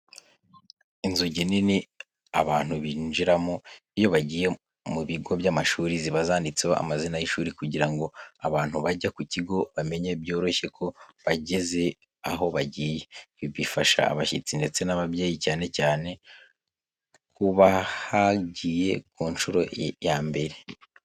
Inzugi nini abantu binjiriramo iyo bagiye mu bigo by'amashuri, ziba zanditseho amazina y’ishuri kugira ngo abantu bajya ku kigo bamenye byoroshye ko bageze aho bagiye, ibi bifasha abashyitsi ndetse n'ababyeyi cyane cyane ku bahagiye ku nshuro ya mbere.